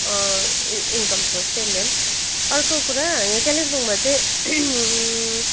income source चाहिँ main अर्को कुरा यहाँ कालिम्पोङमा चाहिँ